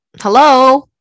hello